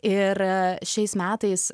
ir šiais metais